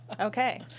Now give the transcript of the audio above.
Okay